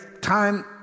time